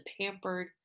pampered